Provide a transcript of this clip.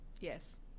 yes